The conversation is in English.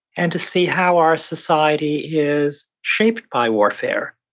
and to see how our society is shaped by warfare.